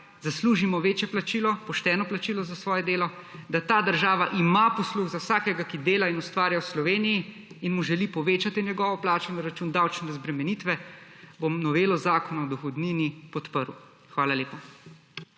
zaslužimo večje plačilo, pošteno plačilo za svoje delo, da ta država ima posluh za vsakega, ki dela in ustvarja v Sloveniji, in mu želi povečati plačo na račun davčne razbremenitve, bom novelo Zakona o dohodnini podprl. Hvala lepa.